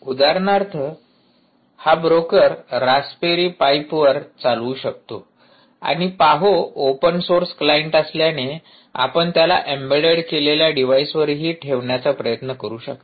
उदाहरणार्थ हा broker Raspberry पाईपवर चालवू शकतो आणि पाहो ओपन सोर्स क्लाइंट असल्याने आपण त्याला एम्बेड केलेल्या डिव्हाइसवर ठेवण्याचा प्रयत्न करू शकता